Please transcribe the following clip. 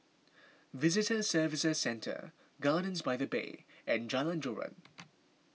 Visitor Services Centre Gardens by the Bay and Jalan Joran